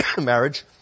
marriage